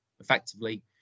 effectively